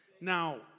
now